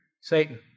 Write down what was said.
Satan